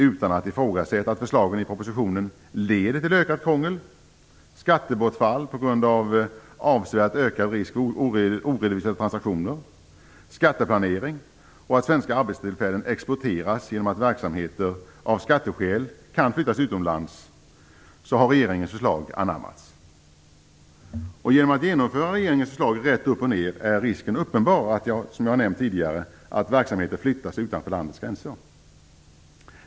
Utan att ifrågasätta att förslaget i propositionen leder till ökat krångel, skattebortfall på grund av avsevärt ökad risk för oredovisade transaktioner, skatteplanering och att svenska arbetstillfällen exporteras genom att verksamheter av skatteskäl kan flyttas utomlands har regeringens förslag anammats. Genom att genomföra regeringens förslag rätt upp och ned är risken uppenbar att verksamheten flyttar utanför landets gränser, som jag har nämnt tidigare.